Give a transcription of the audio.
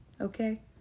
okay